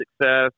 success